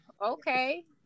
okay